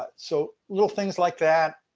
but so little things like that.